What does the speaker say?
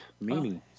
meaning